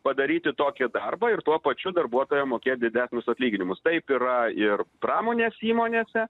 padaryti tokį darbą ir tuo pačiu darbuotojam mokėt didelius atlyginimus taip yra ir pramonės įmonėse